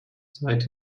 seit